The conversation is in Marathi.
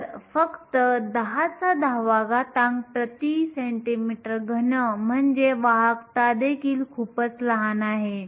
तर फक्त 1010 cm 3 म्हणजे वाहकता देखील खूपच लहान आहे